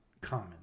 common